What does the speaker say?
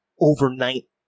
overnight